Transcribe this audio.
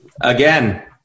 Again